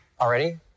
Already